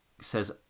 says